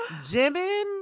Jimin